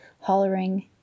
hollering